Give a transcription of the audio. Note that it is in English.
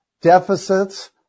deficits